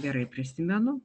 gerai prisimenu